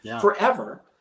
forever